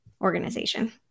organization